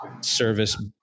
service